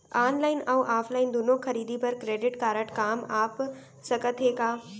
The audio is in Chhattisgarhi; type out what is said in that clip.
ऑनलाइन अऊ ऑफलाइन दूनो खरीदी बर क्रेडिट कारड काम आप सकत हे का?